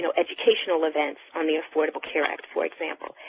so educational events on the affordable care act for example,